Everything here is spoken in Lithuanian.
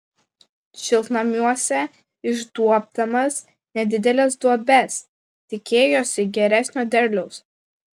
šiltnamiuose išduobdamas nedideles duobes tikėjosi geresnio derliaus